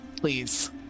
Please